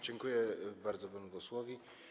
Dziękuję bardzo panu posłowi.